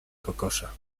kokosza